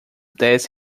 dez